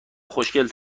خوشگل